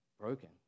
broken